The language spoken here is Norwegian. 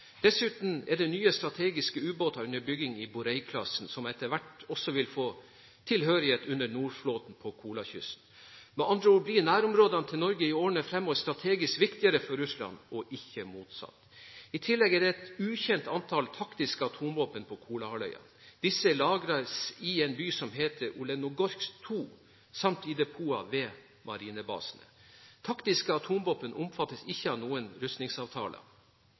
Dessuten er det nye strategiske ubåter under bygging i Borei-klassen, som etter hvert også vil få tilhørighet under Nordflåten, på Kola-kysten. Med andre ord blir nærområdene til Norge i årene fremover strategisk viktigere for Russland og ikke motsatt. I tillegg er det et ukjent antall taktiske atomvåpen på Kolahalvøya. Disse lagres i en by som heter Olenogorsk 2 samt i depoter ved marinebasene. Taktiske atomvåpen omfattes ikke av noen rustningsavtaler.